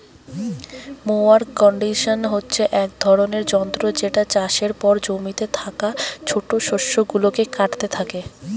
mower condition হচ্ছে এক রকমের যন্ত্র যেটা চাষের পর জমিতে থাকা ছোট শস্য গুলাকে কাটতে থাকে